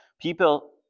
People